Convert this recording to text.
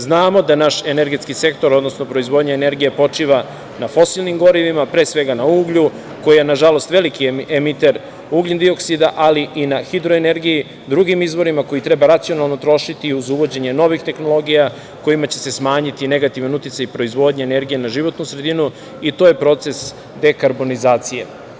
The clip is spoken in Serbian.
Znamo da naš energetski sektor, odnosno proizvodnja energije počiva na fosilnim gorivima, pre svega na uglju, koji je nažalost veliki emiter ugljendioksida, ali i na hidroenergiji i drugim izvorima koje treba racionalno trošiti uz uvođenje novih tehnologija kojima će se smanjiti negativan uticaj proizvodnje energije na životnu sredinu i to je proces dekarbonizacije.